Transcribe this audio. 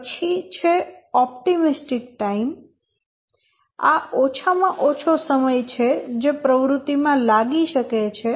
પછી છે optimistic time આ ઓછા માં ઓછો સમય છે જે પ્રવૃત્તિ માં લાગી શકે છે